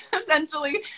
essentially